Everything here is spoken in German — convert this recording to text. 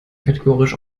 kategorisch